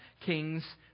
kings